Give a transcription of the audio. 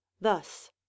thus